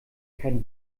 keinen